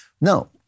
no